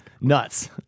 nuts